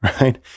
right